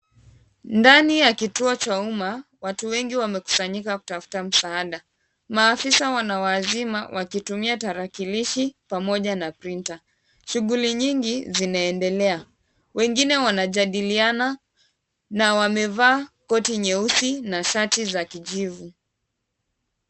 Ndani ya kituo cha umma, watu wengi wamekusanyika kutafuta msaada. Maafisa wanawaazima wakitumia tarakilishi pamoja na printer . Shughuli nyingi zinaendelea. Wengine wanajadiliana na wamevaa koti nyeusi na shati za kijivu.